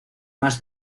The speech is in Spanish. más